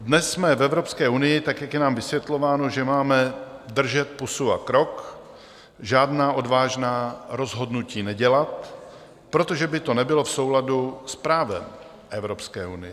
Dnes jsme v Evropské unii, tak je nám vysvětlováno, že máme držet pusu a krok, žádná odvážná rozhodnutí nedělat, protože by to nebylo v souladu s právem Evropské unie.